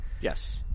Yes